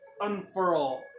unfurl